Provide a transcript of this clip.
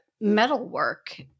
metalwork